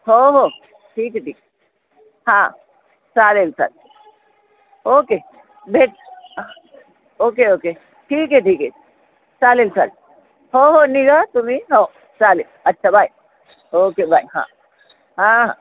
हो हो ठीक आहे ठीक हां चालेल चालेल ओके भेट ओके ओके ठीक आहे ठीक आहे चालेल चालेल हो हो निघा तुम्ही हो चालेल अच्छा बाय ओके बाय हां हां हां